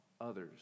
others